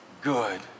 good